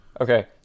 Okay